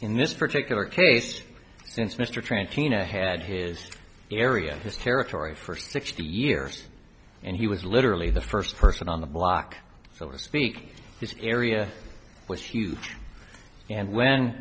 in this particular case since mr trent teena had his area territory for sixty years and he was literally the first person on the block so to speak his area was huge and when